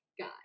guy